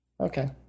Okay